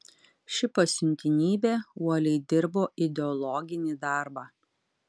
ši pasiuntinybė uoliai dirbo ideologinį darbą